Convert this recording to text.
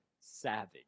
Savage